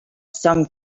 some